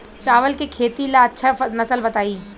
चावल के खेती ला अच्छा नस्ल बताई?